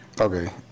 Okay